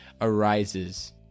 arises